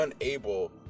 unable